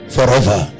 Forever